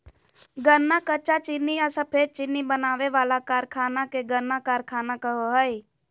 गन्ना कच्चा चीनी या सफेद चीनी बनावे वाला कारखाना के गन्ना कारखाना कहो हइ